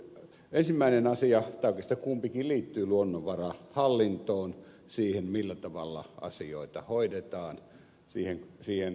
ensimmäinen asia tai oikeastaan kumpikin liittyy luonnonvarahallintoon siihen millä tavalla asioita hoidetaan siihen toimintakulttuuriin